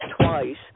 twice